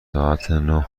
خواهیم